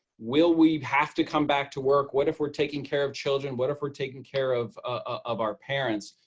will we have to come back to work, what if we're taking care of children, what if we're taking care of of our parents,